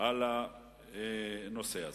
על הנושא הזה.